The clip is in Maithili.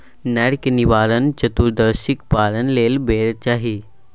नरक निवारण चतुदर्शीक पारण लेल बेर चाही